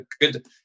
good